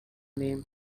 name